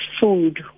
food